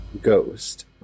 Ghost